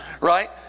right